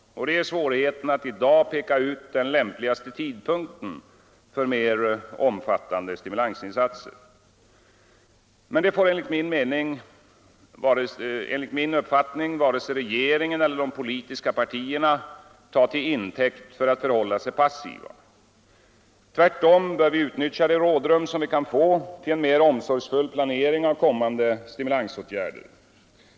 Det är svårigheten att i dag peka ut den lämpligaste tidpunkten för mera omfattande stimulansinsatser. Men detta får enligt min uppfattning varken regeringen eller de politiska partierna ta till intäkt för att förhålla sig passiva. Tvärtom bör vi utnyttja det rådrum som vi kan få till en mera omsorgsfull planering av kommande stimulansåtgärder.